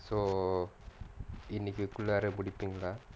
so இன்னைக்கு குள்ளார முடிப்பிங்களா:innaikku kullaaraa mudippingalaa